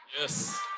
Yes